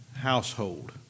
household